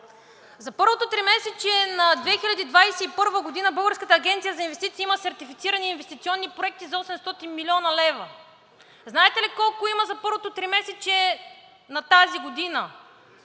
За първото тримесечие на 2021 г. Българската агенция за инвестиции има сертифицирани инвестиционни проекти за 800 млн. лв. Знаете ли колко има за първото тримесечие на тази година